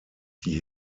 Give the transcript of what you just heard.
die